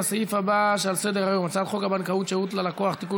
לסעיף הבא שעל סדר-היום: הצעת חוק הבנקאות (שירות ללקוח) (תיקון